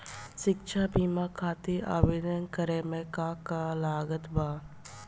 शिक्षा बीमा खातिर आवेदन करे म का का लागत बा?